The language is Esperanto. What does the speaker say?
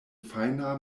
fajna